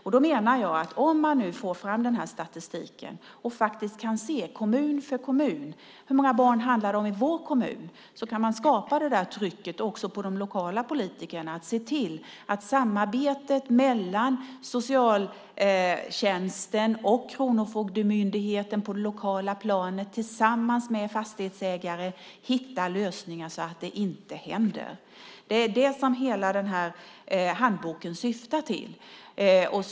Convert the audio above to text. Jag menar att om man får fram den här statistiken och kan se kommun för kommun hur många barn som det handlar om i den egna kommunen kan man skapa ett tryck också på de lokala politikerna att se till att samarbetet mellan socialtjänsten, Kronofogdemyndigheten och fastighetsägare på det lokala planet hittar lösningar så att detta inte händer. Det är detta den här handboken syftar till.